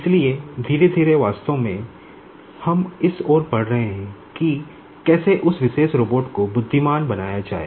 इसलिए धीरे धीरे वास्तव में हम इस ओर बढ़ रहे हैं कि कैसे उस विशेष रोबोट को बुद्धिमान बनाया जाए